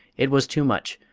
it was too much.